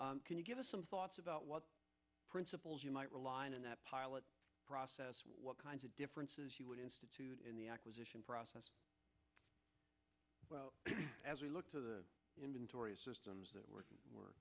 can you give us some thoughts about what principles you might rely on in that pilot process what kinds of differences you would institute in the acquisition process as we look to the inventory systems that were w